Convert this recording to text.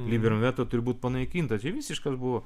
lyberum veto turi būt panaikintas čia visiškas buvo